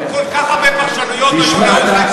כל כך הרבה פרשנויות היו במשך ההיסטוריה